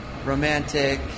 Romantic